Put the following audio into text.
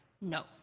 No